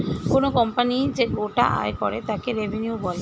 কোনো কোম্পানি যে গোটা আয় করে তাকে রেভিনিউ বলে